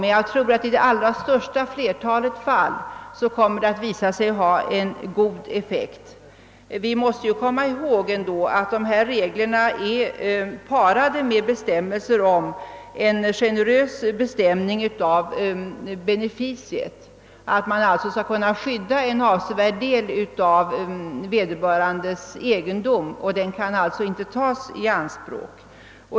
Men jag tror att reglerna i det stora flertalet fall kommer att visa sig ha en god effekt. Vi måste ju ändå komma ihåg, att reglerna är parade med bestämmelser om en generös definition av beneficium — man skall alltså kunna skydda en avsevärd del av vederbörandes egendom så att den inte kan tas i anspråk.